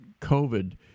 COVID